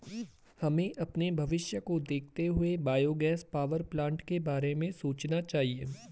हमें अपने भविष्य को देखते हुए बायोगैस पावरप्लांट के बारे में सोचना चाहिए